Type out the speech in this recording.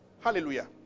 Hallelujah